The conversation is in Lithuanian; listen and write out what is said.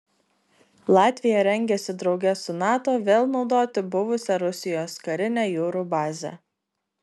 latvija rengiasi drauge su nato vėl naudoti buvusią rusijos karinę jūrų bazę